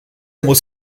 muss